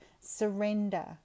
surrender